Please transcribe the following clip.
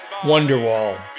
Wonderwall